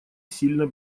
сильно